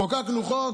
חוקקנו חוק,